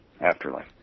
afterlife